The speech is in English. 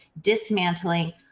dismantling